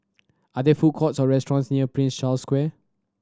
are there food courts or restaurants near Prince Charles Square